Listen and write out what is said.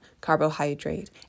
carbohydrate